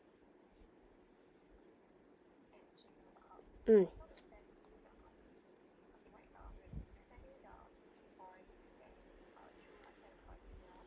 mm